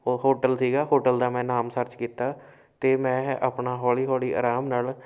ਉਹ ਹੋਟਲ ਸੀਗਾ ਹੋਟਲ ਦਾ ਮੈਂ ਨਾਮ ਸਰਚ ਕੀਤਾ ਅਤੇ ਮੈਂ ਆਪਣਾ ਹੌਲੀ ਹੌਲੀ ਆਰਾਮ ਨਾਲ